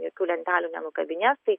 jokių lentelių nenukabinės